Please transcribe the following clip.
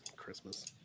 christmas